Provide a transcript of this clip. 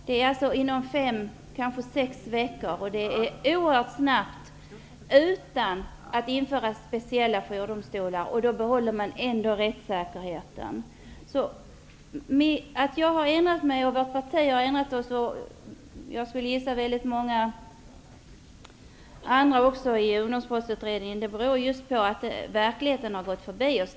Det tar alltså fem eller sex veckor -- och det är oerhört snabbt -- utan att man har infört speciella jourdomstolar, och då behåller man ändå rättssäkerheten. Att jag har ändrat mig och vi i vårt parti har ändrat oss -- jag gissar att många andra i ungdomsbrottsutredningen också har gjort det -- beror just på att verkligheten har gått förbi oss.